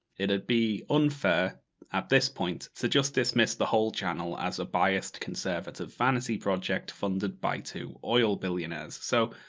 it would be unfair at this point, to just dismiss the whole channel as a biased, conservative fantasy project, funded by two oil billionaires. so,